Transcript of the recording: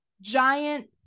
giant